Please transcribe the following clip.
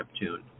Neptune